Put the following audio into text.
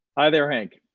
hi there, hank.